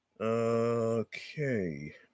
okay